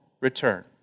return